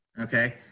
okay